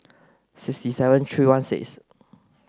six seven three one six